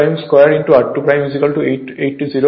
সুতরাং I2 2 r2880 হয়